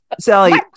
Sally